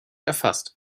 erfasst